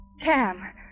Cam